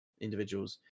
individuals